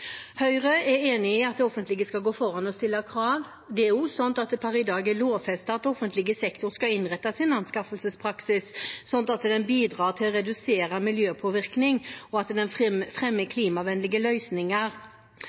Høyre er enig i at det offentlige skal gå foran og stille krav. Det er også sant at det per i dag er lovfestet at offentlig sektor skal innrette sin anskaffelsespraksis slik at den bidrar til å redusere miljøpåvirkning, og at den fremmer klimavennlige løsninger.